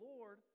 Lord